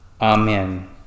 Amen